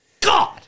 God